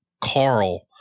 Carl